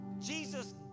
Jesus